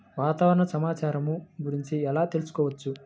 వాతావరణ సమాచారము గురించి ఎలా తెలుకుసుకోవచ్చు?